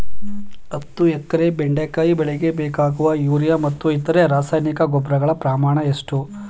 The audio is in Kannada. ಹತ್ತು ಎಕರೆ ಬೆಂಡೆಕಾಯಿ ಬೆಳೆಗೆ ಬೇಕಾಗುವ ಯೂರಿಯಾ ಮತ್ತು ಇತರೆ ರಸಗೊಬ್ಬರಗಳ ಪ್ರಮಾಣ ಎಷ್ಟು?